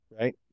right